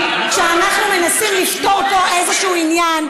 כשאנחנו מנסים לפתור פה איזשהו עניין.